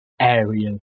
area